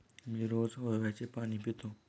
मी रोज ओव्याचे पाणी पितो